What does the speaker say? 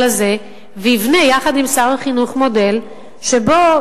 הזה ויבנה יחד עם שר החינוך מודל שבו,